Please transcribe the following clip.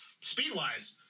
Speed-wise